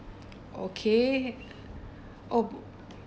okay oh